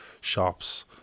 shops